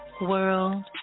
world